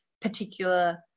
particular